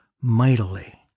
mightily